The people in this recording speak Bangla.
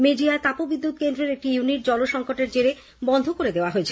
মেজিয়ায় তাপবিদ্যুত্ কেন্দ্রের একটি ইউনিট জলসঙ্কটের জেরে বন্ধ করে দেওয়া হয়েছে